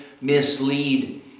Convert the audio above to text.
mislead